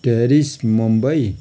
Paris Mumbai